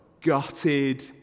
gutted